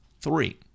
Three